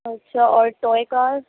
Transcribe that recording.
اچھا اور ٹوئے کار